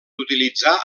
utilitzar